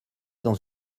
dans